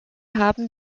haben